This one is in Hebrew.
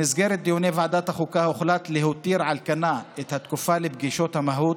במסגרת דיוני ועדת החוקה הוחלט להותיר על כנה את התקופה לפגישות המהו"ת,